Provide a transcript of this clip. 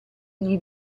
gli